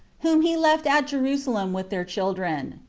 whom he left at jerusalem with their children.